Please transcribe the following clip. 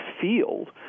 field